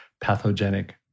pathogenic